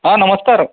हा नमस्कार अप्पा